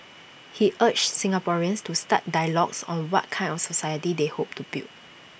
he urged Singaporeans to start dialogues on what kind of society they hope to build